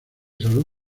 salud